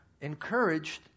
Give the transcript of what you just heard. encouraged